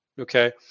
okay